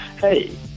Hey